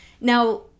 Now